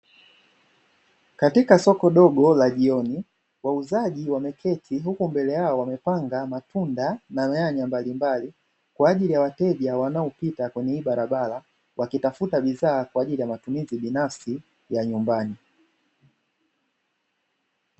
Katika soko dogo la jioni wauzaji wameketi huko mbele yao wamepanga matunda na nyanya mbalimbali, kwa ajili ya wateja wanaopita kwenye hii barabara wakitafuta bidhaa kwa ajili ya matumizi binafsi ya nyumbani.